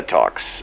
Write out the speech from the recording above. Talks